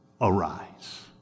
arise